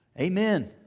amen